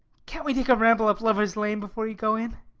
can't we take a ramble up lovers' lane before you go in?